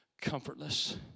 comfortless